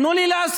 תנו לי להסביר.